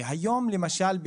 היום למשל,